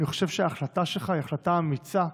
אני חושב שההחלטה שלך היא החלטה אמיצה,